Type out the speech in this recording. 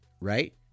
right